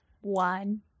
One